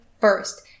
first